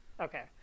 okay